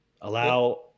Allow